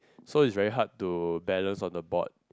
so is very hard to balance on the board